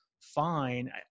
fine